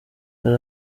hari